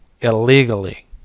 illegally